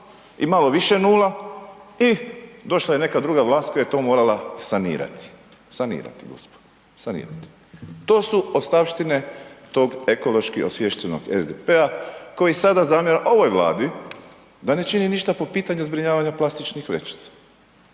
i malo više nula i došla je neka druga vlast koja je to morala sanirati. Sanirati, gospodo, sanirati. To su ostavštine tog ekološki osviještenog SDP-a koji sada zamjera ovoj Vladi da ne čini ništa po pitanju zbrinjavanja plastičnih vrećica.